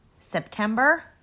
September